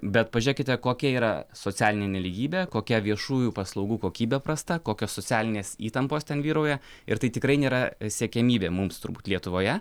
bet pažiūrėkite kokia yra socialinė nelygybė kokia viešųjų paslaugų kokybė prasta kokios socialinės įtampos ten vyrauja ir tai tikrai nėra siekiamybė mums turbūt lietuvoje